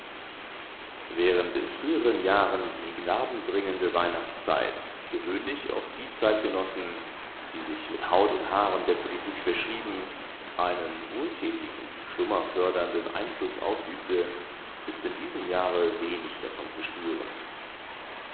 während in früheren jahren die gnadenbringende weihnachtszeit gewöhnlich auf die zeitgenossen die sich mit haut und haaren der politik verschrieben einen wohltätigen schlummerfördernden einfluß ausübte ist in diesem jahre wenig davon zu spüren